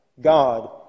God